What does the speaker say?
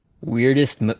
Weirdest